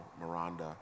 Miranda